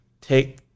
take